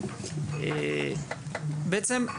בעצם,